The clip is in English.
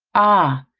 ah!